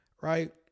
right